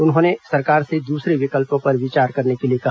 उन्होंने सरकार से दूसरे विकल्पों पर विचार करने के लिए कहा